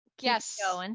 Yes